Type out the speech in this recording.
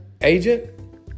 agent